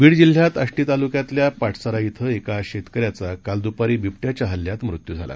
बीड जिल्ह्यात आष्टी तालुक्यातल्या पाटसरा इथं एका शेतकऱ्याचा काल दुपारी बिबट्याच्या हल्ल्यात मृत्यू झाला